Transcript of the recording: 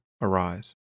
arise